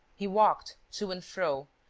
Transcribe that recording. he walked to and fro,